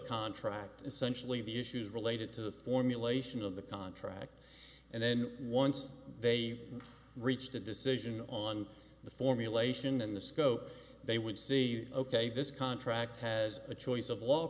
contract essentially the issues related to the formulation of the contract and then once they reached a decision on the formulation and the scope they would see ok this contract has a choice of law